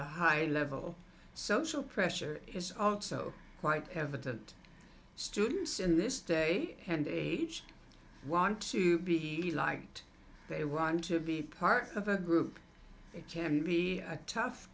a higher level social pressure is also quite evident students in this day and age want to be liked they want to be part of a group it can be a tough